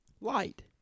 Light